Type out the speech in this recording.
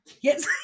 yes